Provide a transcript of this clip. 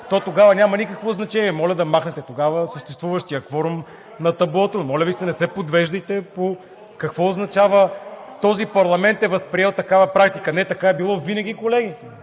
то тогава няма никакво значение. Моля да махнете тогава съществуващия кворум на таблото. Моля Ви се, не се подвеждайте. Какво означава: този парламент е възприел такава практика? Не, така е било винаги, колеги.